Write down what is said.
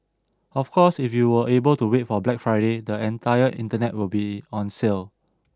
of course if you are able to wait for Black Friday the entire internet will be on sale